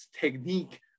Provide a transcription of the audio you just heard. technique